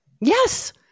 Yes